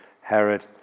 Herod